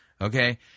okay